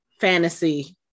fantasy